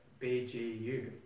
BGU